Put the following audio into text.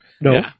No